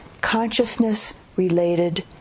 consciousness-related